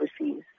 overseas